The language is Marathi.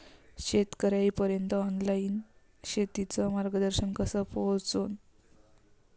शेतकर्याइपर्यंत ऑनलाईन शेतीचं मार्गदर्शन कस पोहोचन?